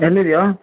ಎಲ್ಲಿದ್ದೀಯೋ